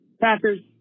Packers